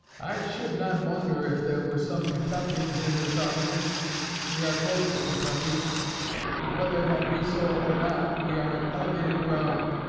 i should not wonder if there were some kentuckians in this audience we are close to kentucky but whether that be so or not, we are on elevated ground,